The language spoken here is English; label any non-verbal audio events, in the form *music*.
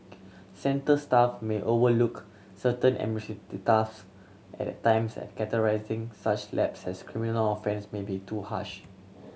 centre staff may overlook certain *unintelligible* task at times and categorising such lapses criminal offence may be too harsh